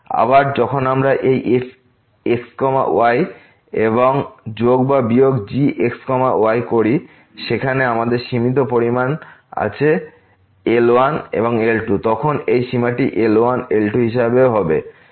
আবার যখন আমরা এই f x y এবং যোগ বা বিয়োগ g x y করি সেখানে আমাদের সীমিত পরিমাণ আছে L1 এবং L2 তখন এই সীমাটি L1 L2 হিসাবেও হবে